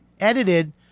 edited